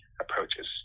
approaches